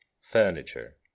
furniture